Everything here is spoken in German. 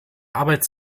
arbeit